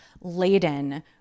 laden